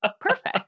Perfect